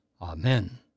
Amen